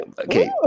Okay